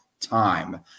time